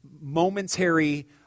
momentary